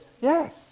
yes